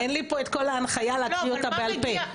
אין לי פה את כל ההנחיה להקריא אותה בעל פה.